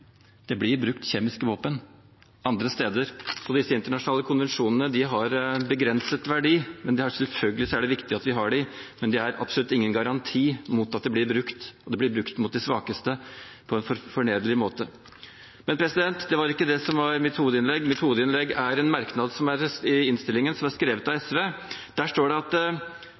det blir brukt kjemiske våpen andre steder. Så disse internasjonale konvensjonene har begrenset verdi, men selvfølgelig er det viktig at vi har dem. Men de er absolutt ingen garanti mot at kjemiske våpen blir brukt, og de blir brukt mot de svakeste på en forferdelig måte. Det var ikke det mitt hovedinnlegg gjaldt. Mitt hovedinnlegg gjelder en merknad i innstillingen, som er skrevet av SV. Der står det: «Dette medlem viser til at